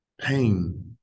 Pain